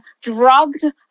drugged